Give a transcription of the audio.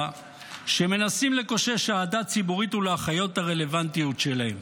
שמנסים לקושש אהדה ציבורית ולהחיות את הרלוונטיות שלהם.